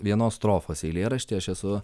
vienos strofos eilėraštyje aš esu